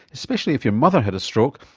especially if your mother had a stroke,